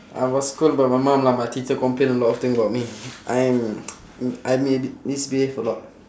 I was scold by my mom lah my teacher complain a lot of thing about me I'm m~ I mi~ misbehave a lot